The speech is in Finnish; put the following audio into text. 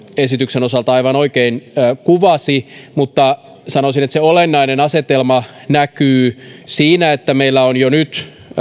esityksen osalta aivan oikein kuvasi mutta sanoisin että se olennainen asetelma näkyy siinä että meillä on jo nyt